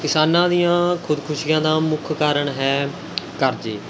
ਕਿਸਾਨਾਂ ਦੀਆਂ ਖੁਦਕੁਸ਼ੀਆਂ ਦਾ ਮੁੱਖ ਕਾਰਨ ਹੈ ਕਰਜ਼ੇ